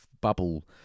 bubble